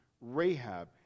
Rahab